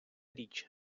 річ